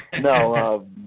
no